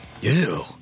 Ew